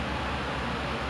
what's it called